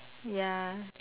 ya